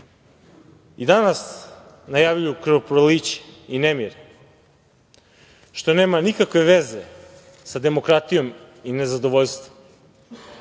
danas najavljuju krvoproliće i nemire, što nema nikakve veze sa demokratijom i nezadovoljstvom,